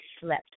slept